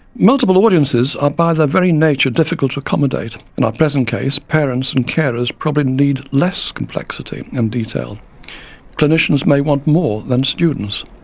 multiple audiences are by their very nature difficult to accommodate in our present case, parents and carers probably need less complexity and detail clinicians may want more than students.